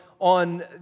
on